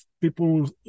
people